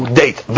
date